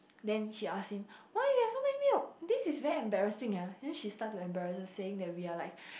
then she asks him why you have so many milks this is very embarrassing ah then she start to embarrass saying that we are like